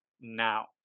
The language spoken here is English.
now